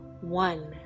One